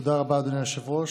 תודה רבה, אדוני היושב-ראש.